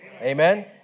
Amen